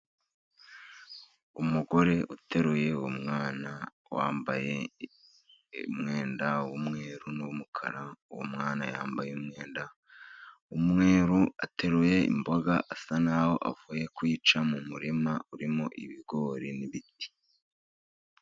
Umugore uteruye umwana, wambaye umwenda w'umweru n'umukara, uwo mwana yambaye umwenda w'umweru, ateruye imboga, asa n'aho avuye kuzica mu murima urimo ibigori n'ibiti.